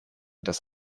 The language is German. das